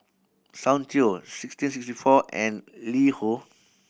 Soundteoh sixteen sixty four and LiHo